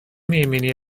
ایمنی